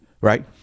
right